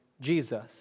Jesus